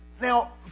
Now